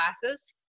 classes